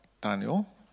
Daniel